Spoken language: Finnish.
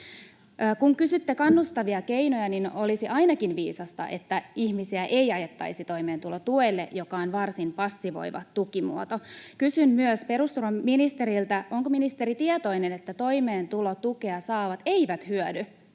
Kun kysyitte kannustavia keinoja, niin olisi ainakin viisasta, että ihmisiä ei ajettaisi toimeentulotuelle, joka on varsin passivoiva tukimuoto. Kysyn myös perusturvaministeriltä: onko ministeri tietoinen, että toimeentulotukea saavat eivät hyödy